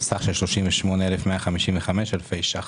סך של 38,155 אלפי שקלים.